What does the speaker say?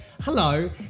Hello